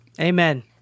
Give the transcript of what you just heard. Amen